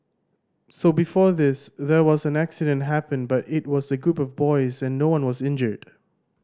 so before this there was an accident happened but it was a group of boys and no one was injured